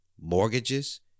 mortgages